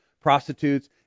prostitutes